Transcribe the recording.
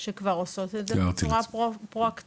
שכבר עושות את זה בצורה פרואקטיבית.